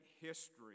history